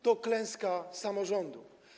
To klęska samorządu.